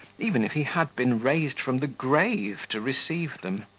even if he had been raised from the grave to receive them.